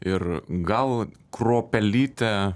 ir gal kruopelytę